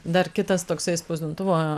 dar kitas toksai spausdintuvo